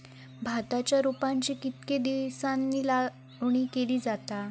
भाताच्या रोपांची कितके दिसांनी लावणी केली जाता?